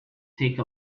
take